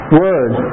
word